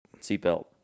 Seatbelt